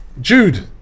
Jude